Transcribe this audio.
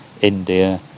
India